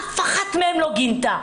אף אחד מהם לא גינה.